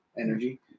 Energy